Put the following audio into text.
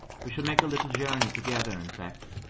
we shall make a little journey together, in fact,